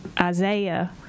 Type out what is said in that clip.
Isaiah